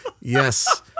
yes